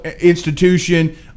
institution